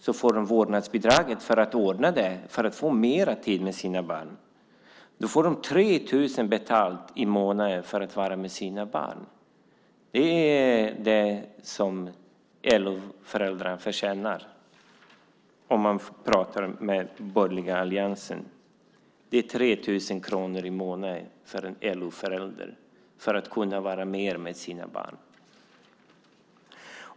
De får vårdnadsbidraget för att ordna det, för att få mera tid med sina barn. Då får de 3 000 betalt i månaden för att vara med sina barn. Det är det som LO-föräldrar förtjänar om man pratar med den borgerliga alliansen. Det är 3 000 kronor i månaden för en LO-förälder för att kunna vara mera med sina barn.